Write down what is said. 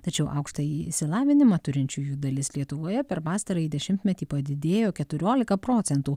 tačiau aukštąjį išsilavinimą turinčiųjų dalis lietuvoje per pastarąjį dešimtmetį padidėjo keturiolika procentų